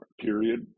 period